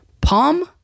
Palm